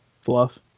fluff